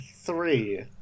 three